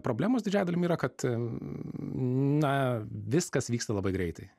problemos didžiąja dalim yra kad na viskas vyksta labai greitai